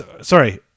Sorry